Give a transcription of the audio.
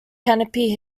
canopy